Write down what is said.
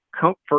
Comfort